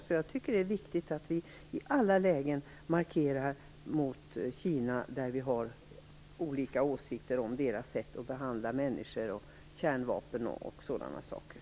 Därför är det viktigt att vi i alla lägen markerar våra åsikter mot Kina när det gäller deras sätt att behandla människor och hantera kärnvapen etc.